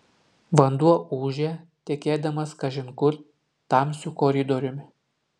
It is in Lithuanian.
vanduo ūžė tekėdamas kažin kur tamsiu koridoriumi